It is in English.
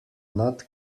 not